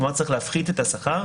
כלומר צריך להפחית את השכר,